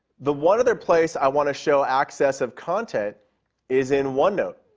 the one other place i want to show access of content is in onenote.